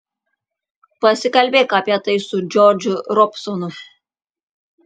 pasikalbėk apie tai su džordžu robsonu